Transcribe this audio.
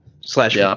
Slash